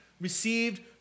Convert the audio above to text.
received